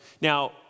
Now